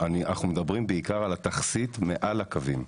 אנחנו מדברים בעיקר על התכסית מעל הקווים.